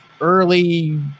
early